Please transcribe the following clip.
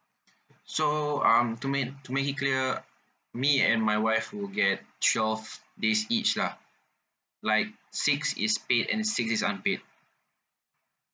so um to make to make it clear me and my wife would get twelve days each lah like six is paid and six is unpaid